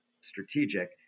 strategic